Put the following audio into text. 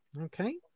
okay